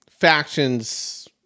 factions